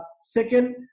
Second